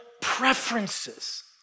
preferences